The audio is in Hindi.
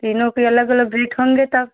तीनों के अलग अलग रेट होंगे तब